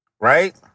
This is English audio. right